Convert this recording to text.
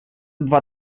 два